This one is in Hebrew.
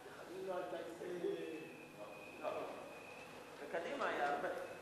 27). חוק רשות השידור (תיקון מס' 27),